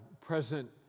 present